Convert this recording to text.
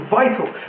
vital